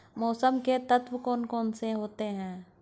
मौसम के तत्व कौन कौन से होते हैं?